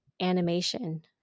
animation